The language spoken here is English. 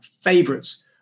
favorites